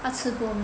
他吃过吗